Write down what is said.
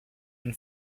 been